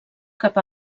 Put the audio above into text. cap